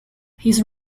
his